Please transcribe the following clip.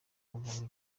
yavamo